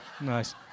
Nice